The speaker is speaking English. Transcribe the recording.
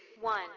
one